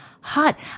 hot